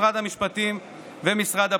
משרד המשפטים ומשרד הפנים.